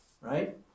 right